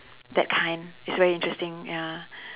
that kind is very interesting ya